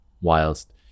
whilst